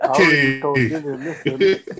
Okay